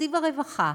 לתקציב הרווחה